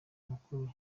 makuru